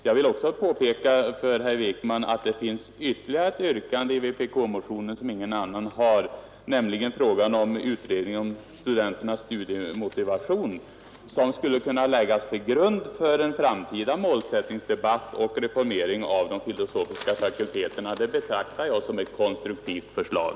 Jag vill också påpeka för herr Wijkman att det finns ytterligare ett yrkande i vpk-motionen som ingen annan har, nämligen om utredning av studenternas studiemotivation, som skulle kunna läggas till grund för en framtida målsättningsdebatt och reformering av de filosofiska fakulteterna. Det betraktar jag som ett konstruktivt förslag.